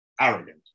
arrogant